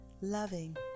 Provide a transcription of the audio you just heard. loving